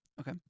Okay